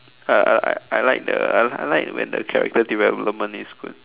uh I I like the I like when the character development is good